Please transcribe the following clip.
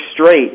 straight